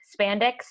Spandex